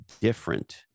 different